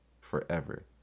forever